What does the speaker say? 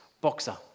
boxer